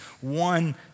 one